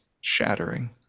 shattering